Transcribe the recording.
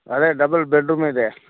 ಅದೇ ಡಬಲ್ ಬೆಡ್ರೂಮಿದೆ